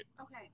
Okay